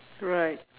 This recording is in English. right